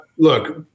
Look